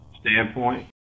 standpoint